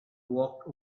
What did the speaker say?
walked